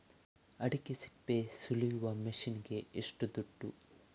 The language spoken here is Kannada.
ಅಡಿಕೆ ಸಿಪ್ಪೆ ಸುಲಿಯುವ ಮಷೀನ್ ಗೆ ಏಷ್ಟು ದುಡ್ಡು?